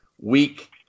Week